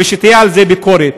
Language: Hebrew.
ושתהיה על זה ביקורת,